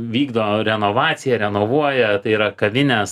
vykdo renovaciją renovuoja tai yra kavinės